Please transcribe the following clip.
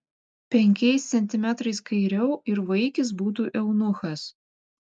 penkiais centimetrais kairiau ir vaikis būtų eunuchas